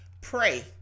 Pray